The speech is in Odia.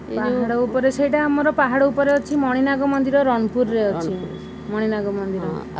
ପାହାଡ଼ ଉପରେ ସେଇଟା ଆମର ପାହାଡ଼ ଉପରେ ଅଛି ମଣିନାଗ ମନ୍ଦିର ରଣପୁରରେ ଅଛି ମଣିନାଗ ମନ୍ଦିର